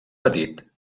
petit